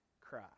cry